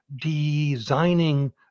designing